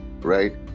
Right